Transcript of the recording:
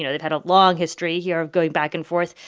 you know they've had a long history here of going back and forth.